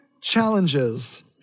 challenges